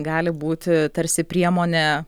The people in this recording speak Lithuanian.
gali būti tarsi priemonė